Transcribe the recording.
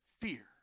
fear